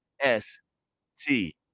S-T